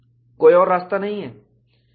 कोई और रास्ता नहीं है